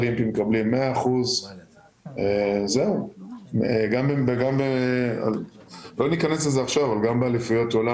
אולימפיים מקבלים 100%. באליפויות עולם